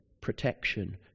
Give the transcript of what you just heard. protection